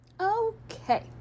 Okay